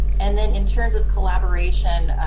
and then in terms of collaboration,